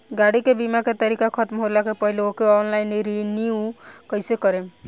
गाड़ी के बीमा के तारीक ख़तम होला के पहिले ओके ऑनलाइन रिन्यू कईसे करेम?